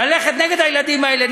ללכת נגד הילדים האלה,